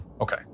Okay